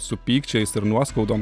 su pykčiais ir nuoskaudom